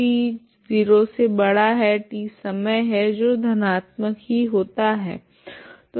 अब t0 t समय है जो धनात्मक ही होता है